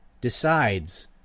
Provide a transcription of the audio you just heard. decides